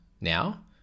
now